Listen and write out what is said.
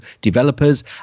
developers